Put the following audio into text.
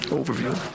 overview